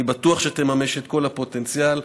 אני בטוח שתממש את כל הפוטנציאל.